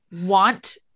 want